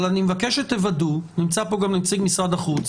אני מבקש שתוודאו, נמצא פה גם נציג משרד החוץ